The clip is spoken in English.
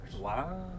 Wow